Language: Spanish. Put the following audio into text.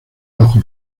bajo